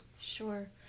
Sure